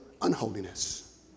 unholiness